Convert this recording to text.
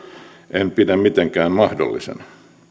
en pidä mitenkään mahdollisena